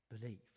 believe